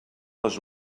les